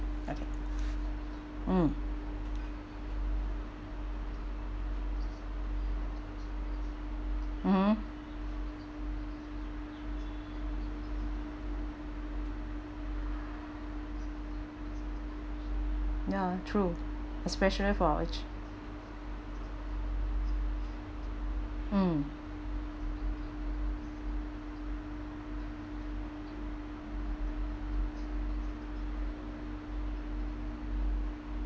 mm mmhmm ya true especially for our age mm